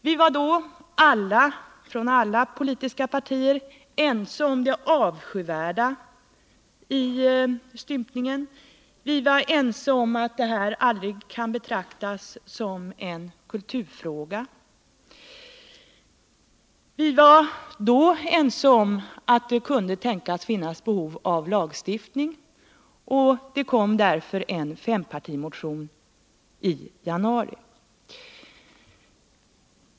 Vi var då i alla politiska partier ense om det avskyvärda i stympningen. Vi var ense om att den aldrig kan betraktas som en kulturfråga. Vi var också ense om att det kunde tänkas finnas behov av lagstiftning, och därför väcktes en fempartimotion om detta i januari.